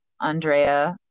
Andrea